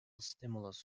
stimulus